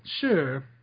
Sure